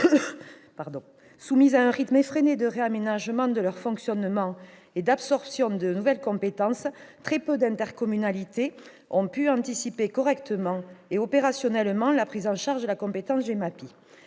Soumises à un rythme effréné de réaménagement de leur fonctionnement et d'absorption des nouvelles compétences, très peu d'intercommunalités ont pu correctement anticiper la prise en charge de la compétence GEMAPI